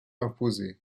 imposée